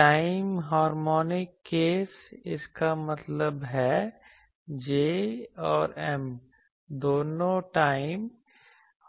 time harmonic case इसका मतलब है J और M दोनों टाइम